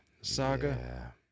saga